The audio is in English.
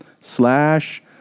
slash